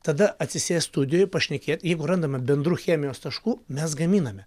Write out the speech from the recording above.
tada atsisėst studijoj pašnekėt jeigu randame bendrų chemijos taškų mes gaminame